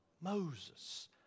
Moses